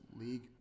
league